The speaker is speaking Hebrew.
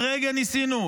הרגע ניסינו.